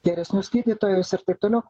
geresnius gydytojus ir taip toliau